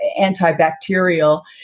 antibacterial